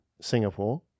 Singapore